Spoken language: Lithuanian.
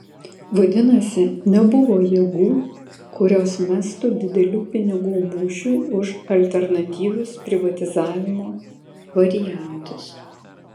vadinasi nebuvo jėgų kurios mestų didelių pinigų mūšiui už alternatyvius privatizavimo variantus